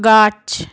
গাছ